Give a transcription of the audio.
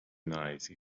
nice